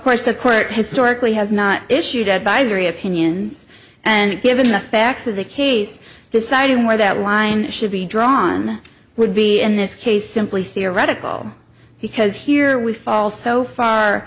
course the court historically has not issued advisory opinions and given the facts of the case deciding where that line should be drawn would be in this case simply theoretical because here we fall so far